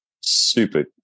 super